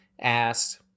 asked